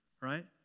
Right